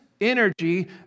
energy